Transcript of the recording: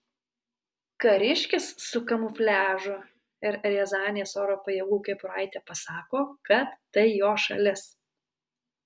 kariškis su kamufliažu ir riazanės oro pajėgų kepuraite pasako kad tai jo šalis